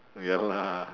ya lah